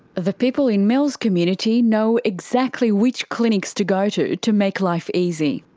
the people in mel's community know exactly which clinics to go to to make life easy.